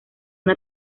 una